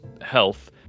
health